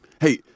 Hey